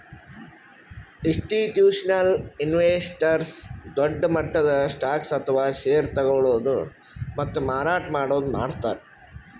institutional investors ದೊಡ್ಡ್ ಮಟ್ಟದ್ stocks ಅಥವಾ ಷೇರ್ ತಗೋಳದು ಮತ್ತ್ ಮಾರಾಟ್ ಮಾಡದು ಮಾಡ್ತಾರ್